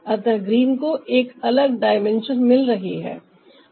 अतः ग्रीन को एक अलग डायमेंशन मिल रही है